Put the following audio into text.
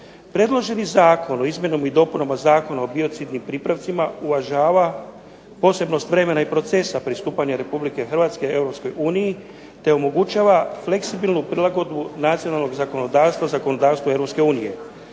Predloženi Zakon o izmjenama i dopunama Zakona o biocidnim pripravcima uvažava posebnost vremena i procesa pristupanja Republike Hrvatske EU te omogućava fleksibilnu prilagodbu nacionalnog zakonodavstva zakonodavstvu EU.